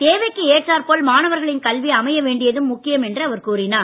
தேவைக்கு ஏற்றாற்போல் மாணவர்களின் கல்வி அமைய வேண்டியதும் முக்கியம் என்றும் அவர் கூறினார்